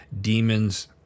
demons